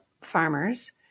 farmers